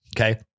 Okay